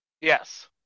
Yes